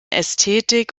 ästhetik